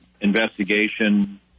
investigation